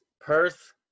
Perth